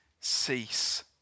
cease